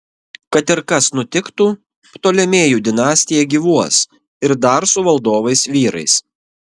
kad ir kas nutiktų ptolemėjų dinastija gyvuos ir dar su valdovais vyrais